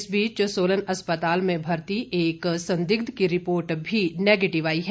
इस बीच सोलन अस्पताल में भर्ती एक संदिग्ध की रिपोर्ट भी नैगेटिव आई है